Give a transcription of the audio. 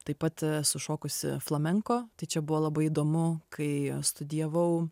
taip pat sušokusi flamenko tai čia buvo labai įdomu kai studijavau